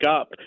up